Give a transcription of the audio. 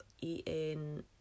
eating